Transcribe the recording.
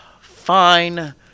Fine